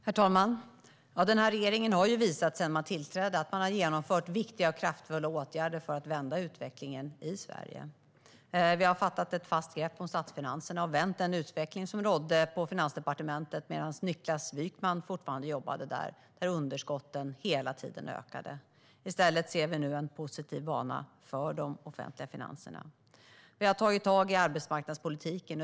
Herr talman! Regeringen har sedan den tillträdde genomfört viktiga och kraftfulla åtgärder för att vända utvecklingen i Sverige. Vi har tagit ett fast grepp om statsfinanserna och vänt den utveckling som rådde på Finansdepartementet när Niklas Wykman jobbade där och underskotten hela tiden ökade. I stället ser vi nu en positiv bana för de offentliga finanserna. Vi har tagit tag i arbetsmarknadspolitiken.